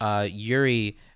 Yuri